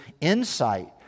insight